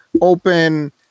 open